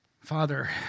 Father